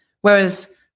Whereas